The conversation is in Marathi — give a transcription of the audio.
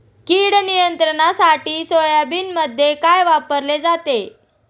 कीड नियंत्रणासाठी सोयाबीनमध्ये काय वापरले जाते?